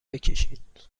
بکشید